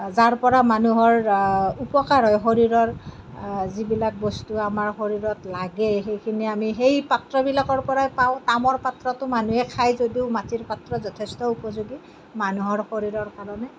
যাৰ পৰা মানুহৰ উপকাৰ হয় শৰীৰৰ যিবিলাক বস্তু আমাৰ শৰীৰত লাগে সেইখিনি আমি সেই পাত্ৰবিলাকৰ পৰাই পাওঁ তামৰ পাত্ৰতো মানুহে খায় যদিও মাটিৰ পাত্ৰ যথেষ্ট উপযোগী মানুহৰ শৰীৰৰ কাৰণে